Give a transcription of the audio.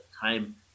time